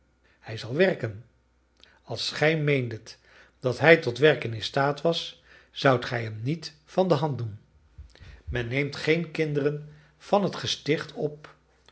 hij zal werken als gij meendet dat hij tot werken in staat was zoudt gij hem niet van de hand doen men neemt geen kinderen van het gesticht op